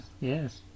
yes